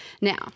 Now